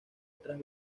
otras